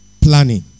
planning